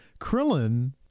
Krillin